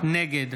נגד